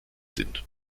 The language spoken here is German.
sind